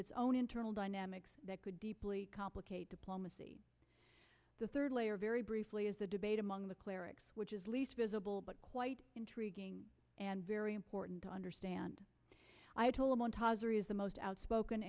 its own internal dynamics that could deeply complicate diplomacy the third layer very briefly is the debate among the clerics which is least visible but quite intriguing and very important to understand ayatollah montazeri is the most outspoken